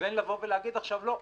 ובין להגיד עכשיו: לא,